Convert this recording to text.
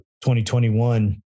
2021